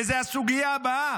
וזו הסוגיה הבאה,